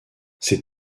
ces